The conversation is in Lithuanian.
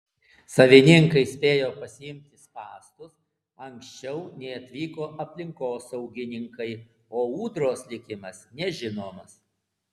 savininkai spėjo pasiimti spąstus anksčiau nei atvyko aplinkosaugininkai o ūdros likimas nežinomas